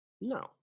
No